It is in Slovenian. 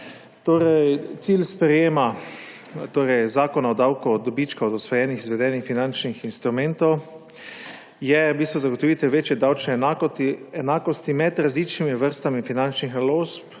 Cilj sprejetja zakona o davku od dobička od odsvojitve izvedenih finančnih instrumentov je zagotovitev večje davčne enakosti med različnimi vrstami finančnih naložb